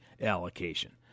allocation